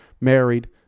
married